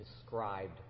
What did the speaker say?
described